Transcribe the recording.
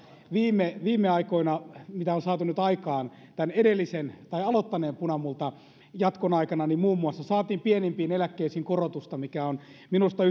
viime viime aikoina mitä on saatu nyt aikaan tämän aloittaneen punamultajatkon aikana muun muassa saatiin pienimpiin eläkkeisiin korotusta mikä on minusta